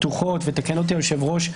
פתוחות ויתקן אותי היושב-ראש,